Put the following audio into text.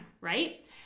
right